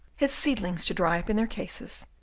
his seedlings to dry up in their cases,